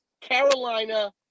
Carolina